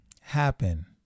happen